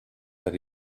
that